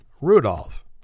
Rudolph